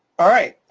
alright,